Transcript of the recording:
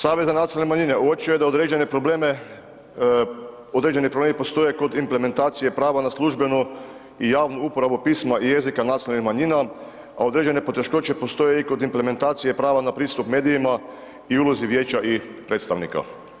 Savez za nacionalne manjine uočio je da određene problemi postoji kod implementacije prava na službenu i javnu uporabu pisma i jezika nacionalnih manjina a određene poteškoće postoje i kod implementacije prava na pristup medijima i ulozi vijeća i predstavnika.